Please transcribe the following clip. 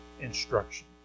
instruction